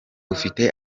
ufite